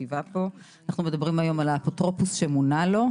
אנחנו מדברים היום על האפוטרופוס שמונה לו,